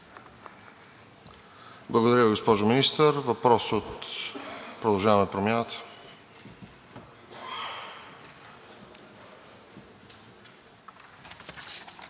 Благодаря, госпожо Министър. Въпрос от „Продължаваме Промяната“.